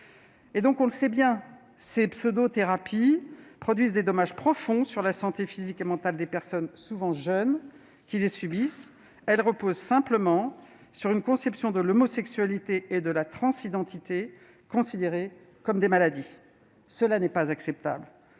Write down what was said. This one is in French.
On le sait, ces pseudo-thérapies produisent des dommages profonds sur la santé physique et mentale des personnes, souvent jeunes, qui les subissent. Elles reposent sur une conception assimilant l'homosexualité et la transidentité à des maladies. Ce n'est pas acceptable,